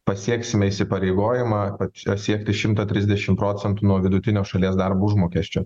pasieksime įsipareigojimą siekti šimtą trisdešimt procentų nuo vidutinio šalies darbo užmokesčio